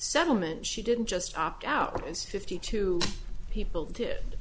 settlement she didn't just opt out is fifty two people did